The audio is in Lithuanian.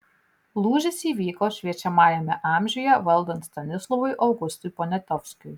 lūžis įvyko šviečiamajame amžiuje valdant stanislovui augustui poniatovskiui